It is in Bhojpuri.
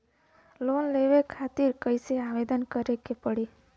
लोन लेवे खातिर कइसे आवेदन करें के पड़ी?